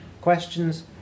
questions